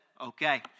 okay